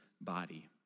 body